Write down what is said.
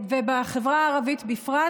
ובחברה הערבית בפרט,